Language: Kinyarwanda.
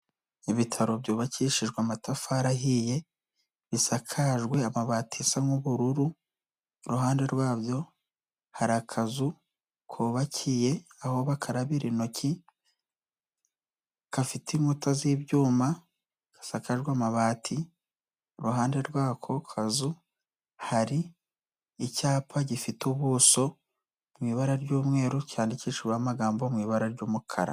Ibitaro byubakishijwe amatafari ahiye. Bisakajwe amabati asa nk'ubururu. Iruhande rwabyo hari akazu kubakiye aho bakarabira intoki. Gafite inkuta z'ibyuma, gasakajwe amabati. Iruhande rw'ako kazu hari icyapa gifite ubuso mu ibara ry'umweru, cyandikishwa amagambo mu ibara ry'umukara.